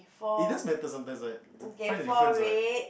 it does matter sometimes right find the difference what